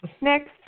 Next